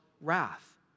wrath